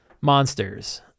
monsters